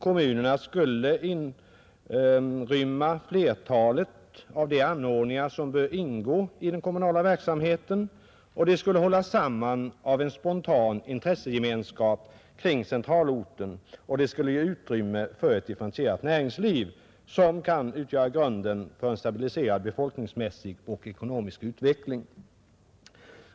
Kommunerna skulle inrymma flertalet av de anordningar som bör ingå i den kommunala verksamheten. De skulle hållas samman av en spontan intressegemenskap kring centralorten och ge utrymme för ett differentierat näringsliv, som kan utgöra grunden för en stabiliserad befolkningsmässig och ekonomisk utveckling.